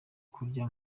kurya